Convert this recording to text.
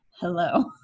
Hello